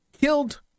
killed